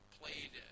played